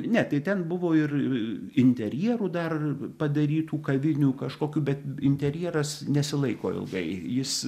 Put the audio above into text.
ne tai ten buvo ir interjerų dar padarytų kavinių kažkokių bet interjeras nesilaiko ilgai jis